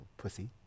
Pussy